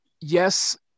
yes